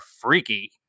freaky